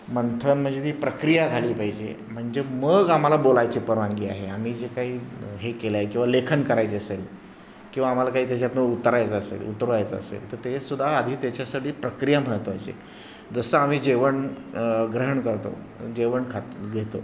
मंथन म्हणजे ती प्रक्रिया झाली पाहिजे म्हणजे मग आम्हाला बोलायची परवानगी आहे आम्ही जे काही हे केलं आहे किंवा लेखन करायचे असेल किंवा आम्हाला काही त्याच्यातून उतरायचं असेल उतरवायचं असेल तर ते सुद्धा आधी त्याच्यासाठी प्रक्रिया महत्त्वाची आहे जसं आम्ही जेवण ग्रहण करतो जेवण खात घेतो